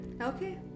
Okay